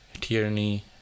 Tierney